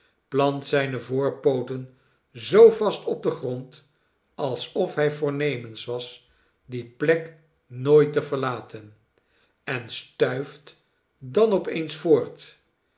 plant zijne voorpooten zoo vast op den grond alsof hij voornemens was die plek nooit te verlaten en stuift dan op eens voort